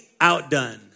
outdone